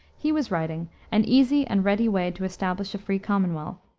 he was writing an easy and ready way to establish a free commonwealth.